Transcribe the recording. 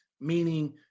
meaning